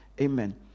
Amen